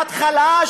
בהתחלה,